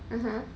mmhmm